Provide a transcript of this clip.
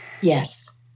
Yes